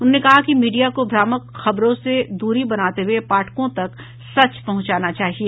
उन्होंने कहा कि मीडिया को भ्रामक खबरों से दूरी बनाते हुए पाठकों तक सच पहुंचाना चाहिए